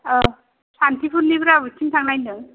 औ सान्टिपुरनिफ्राय बबेथिं थांनाय होनदों